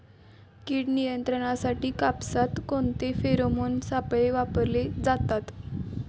कीड नियंत्रणासाठी कापसात कोणते फेरोमोन सापळे वापरले जातात?